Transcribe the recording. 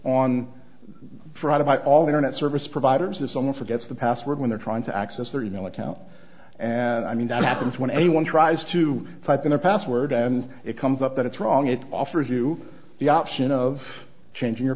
of my all internet service providers if someone forgets the password when they're trying to access their e mail account and i mean that happens when anyone tries to type in a password and it comes up that it's wrong it offers you the option of changing your